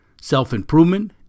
self-improvement